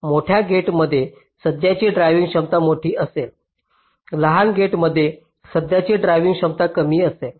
मोठ्या गेटमध्ये सध्याची ड्रायव्हिंग क्षमता मोठी असेल लहान गेट्समध्ये सध्याची ड्रायव्हिंग क्षमता कमी असेल